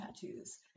tattoos